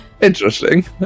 Interesting